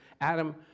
Adam